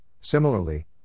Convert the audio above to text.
similarly